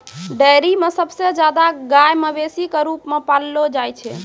dairy म सबसे जादा गाय मवेशी क रूप म पाललो जाय छै